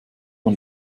man